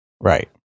Right